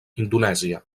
indonèsia